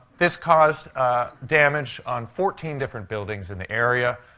this caused damage on fourteen different buildings in the area,